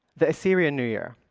the assyrian new year,